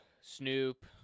snoop